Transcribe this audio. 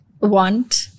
want